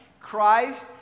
Christ